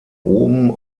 oben